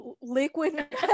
liquid